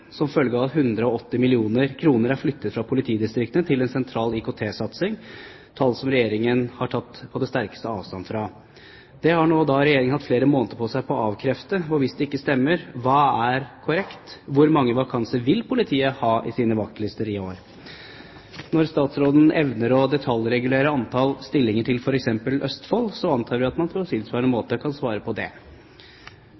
som følge av at 180 mill. kr er flyttet fra politidistriktene til en sentral IKT-satsing – tall som Regjeringen på det sterkeste har tatt avstand fra. Dette har Regjeringen hatt flere måneder på seg til å avkrefte, og hvis det ikke stemmer, hva er korrekt? Hvor mange vakanser vil politiet ha i sine vaktlister i år? Når statsråden evner å detaljregulere antall stillinger til f.eks. Østfold, antar vi at man på tilsvarende